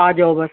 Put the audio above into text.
آ جاؤ بس